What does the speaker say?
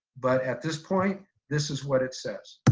but at this point this is what it says.